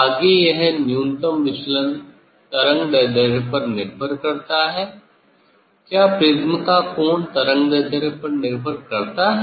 आगे यह न्यूनतम विचलन तरंग दैर्ध्य पर निर्भर करता है क्या प्रिज्म का कोण तरंगदैर्ध्य पर निर्भर करता है